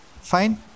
Fine